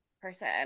person